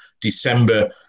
December